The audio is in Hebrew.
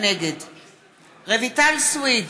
נגד רויטל סויד,